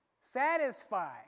satisfy